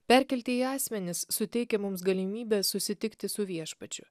perkeltieji asmenys suteikia mums galimybę susitikti su viešpačiu